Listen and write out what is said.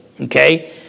okay